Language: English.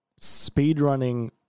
speedrunning